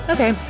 Okay